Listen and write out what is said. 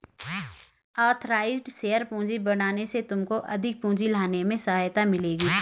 authorised share पूंजी बढ़ाने से तुमको अधिक पूंजी लाने में सहायता मिलेगी